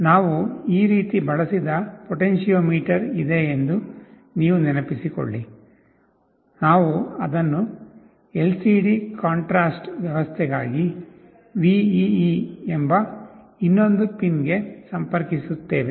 ನಾವು ಈ ರೀತಿ ಬಳಸಿದ ಪೊಟೆನ್ಟಿಯೊಮೀಟರ್ ಇದೆ ಎಂದು ನೀವು ನೆನಪಿಸಿಕೊಳ್ಳಿ ನಾವು ಅದನ್ನು ಎಲ್ಸಿಡಿ ಕಾಂಟ್ರಾಸ್ಟ್ ವ್ಯವಸ್ಥೆಗಾಗಿ VEE ಎಂಬ ಇನ್ನೊಂದು ಪಿನ್ಗೆ ಸಂಪರ್ಕಿಸುತ್ತೇವೆ